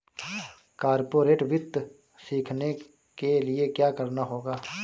corporate वित्त सीखने के लिया क्या करना होगा